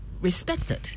respected